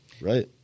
Right